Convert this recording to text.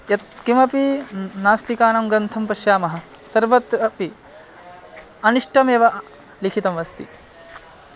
यत्किमपि नास्तिकानां ग्रन्थं पश्यामः सर्वत्र अपि अनिष्टमेव लिखितमस्ति